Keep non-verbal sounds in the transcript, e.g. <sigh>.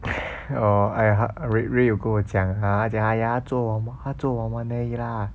<breath> orh !aiya! ray ray 有跟我讲他讲 !aiya! 他做玩玩而已 lah